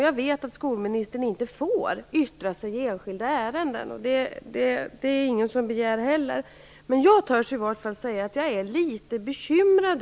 Jag vet också att skolministern inte får yttra sig i enskilda ärenden, och det är inte heller någon som begär det. Jag törs i varje fall säga att jag är litet bekymrad.